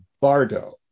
Bardo